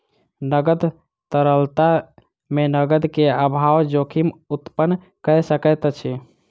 नकद तरलता मे नकद के अभाव जोखिम उत्पन्न कय सकैत अछि